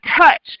touch